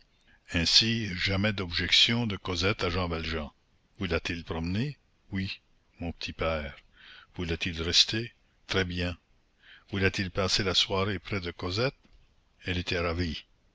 ainsi jamais d'objections de cosette à jean valjean voulait-il promener oui mon petit père voulait-il rester très bien voulait-il passer la soirée près de cosette elle était ravie